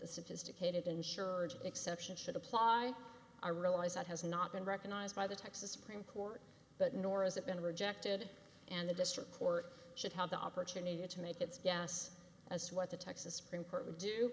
the sophisticated insured exception should apply i realize that has not been recognized by the texas supreme court but nor has it been rejected and the district court should have the opportunity to make its guess as to what the texas supreme court would do